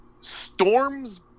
Storms